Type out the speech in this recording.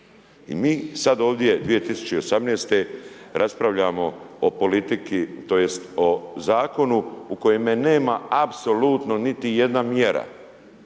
I mi sad ovdje 2018. raspravljamo o politici tj. o Zakonu u kojemu nema apsolutno niti jedna mjera.